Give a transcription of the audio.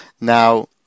Now